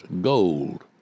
gold